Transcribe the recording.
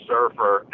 Surfer